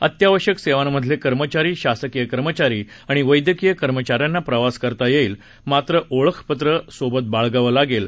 अत्यावश्यक सेवांमधले कर्मचारी शासकीय कर्मचारी आणि वैद्यकीय कर्मचाऱ्यांना प्रवास करता येईल मात्र ओळखपत्र सोबत बाळगावं लागेल